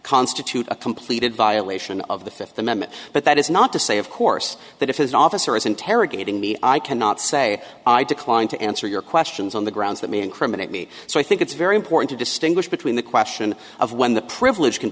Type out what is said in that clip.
constitute a completed violation of the fifth amendment but that is not to say of course that if his officer is interrogating me i cannot say i decline to answer your questions on the grounds that may incriminate me so i think it's very important to distinguish between the question of when the privilege can